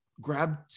grab